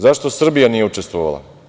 Zašto Srbija nije učestvovala?